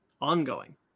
ongoing